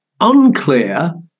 Unclear